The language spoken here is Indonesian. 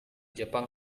jepang